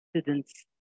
students